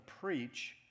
preach